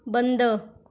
बंद